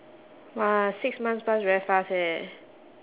!wah! six months pass very fast eh